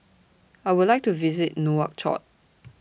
I Would like to visit Nouakchott